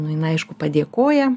nu jinai aišku padėkoja